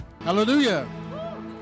Hallelujah